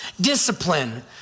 Discipline